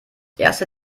erste